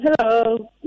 Hello